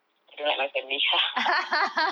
I don't like my family